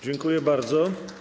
Dziękuję bardzo.